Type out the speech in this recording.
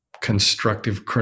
constructive